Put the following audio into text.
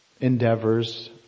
endeavors